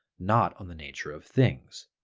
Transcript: not on the nature of things.